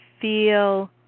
feel